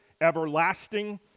everlasting